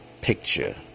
picture